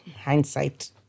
Hindsight